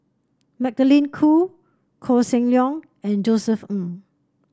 Magdalene Khoo Koh Seng Leong and Josef Ng